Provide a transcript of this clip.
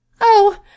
Oh